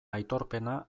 aitorpena